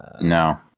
no